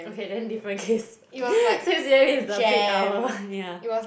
okay then different case six a_m is the peak hour ya